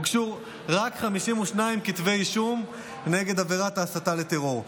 הוגשו רק 52 כתבי אישום נגד עבירת הסתה לטרור.